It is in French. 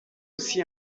aussi